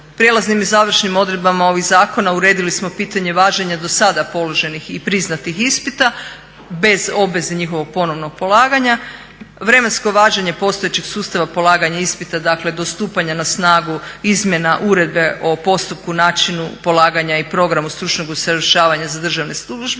prijelaznim i završnim odredbama ovih zakona uredili smo pitanje važenja dosada položenih i priznatih ispita bez obveze njihovog ponovnog polaganja. Vremensko važenje postojećeg sustava polaganja ispita, dakle do stupanja na snagu izmjena uredbe o postupku, načinu polaganja i programu stručnog usavršavanja za državne službenike,